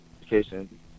education